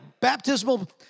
baptismal